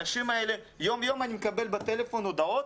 יום-יום אני מקבל בטלפון הודעות.